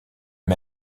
les